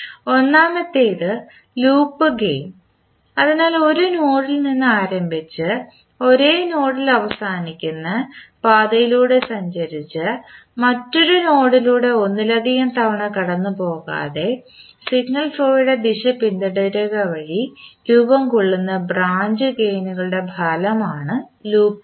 ഒന്നാമത്തേത് loop gain അതിനാൽ ഒരു നോഡിൽ നിന്ന് ആരംഭിച്ച് ഒരേ നോഡിൽ അവസാനിക്കുന്ന പാതയിലൂടെ സഞ്ചരിച്ച് മറ്റൊരു നോഡിലൂടെ ഒന്നിലധികം തവണ കടന്നുപോകാതെ സിഗ്നൽ ഫ്ലോയുടെ ദിശ പിന്തുടരുക വഴി രൂപം കൊള്ളുന്ന ബ്രാഞ്ച് ഗെയിനുകളുടെ ഫലമാണ് ലൂപ്പ് ഗേയിൻ